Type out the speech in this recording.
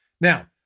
Now